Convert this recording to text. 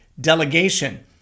delegation